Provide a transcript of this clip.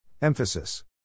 Emphasis